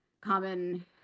common